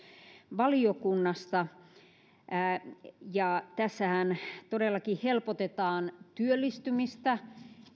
valiokunnasta tässähän todellakin helpotetaan työllistymistä